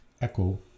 echo